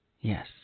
Yes